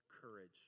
Courage